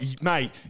mate